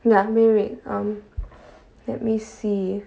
ya may red um let me see